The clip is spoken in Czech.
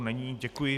Není, děkuji.